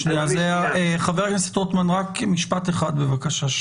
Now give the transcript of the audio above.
חבר הכנסת רוטמן, משפט אחד בבקשה.